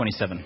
27